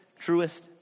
truest